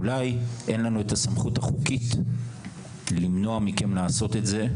אולי אין לנו את הסמכות החוקית למנוע מכם לעשות את זה,